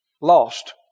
lost